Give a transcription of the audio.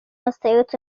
остаются